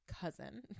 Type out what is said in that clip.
cousin